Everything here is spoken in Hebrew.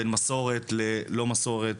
בין מסורת ללא מסורת,